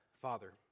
Father